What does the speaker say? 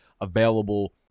available